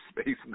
Space